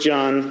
John